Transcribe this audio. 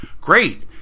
great